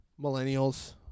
Millennials